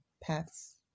paths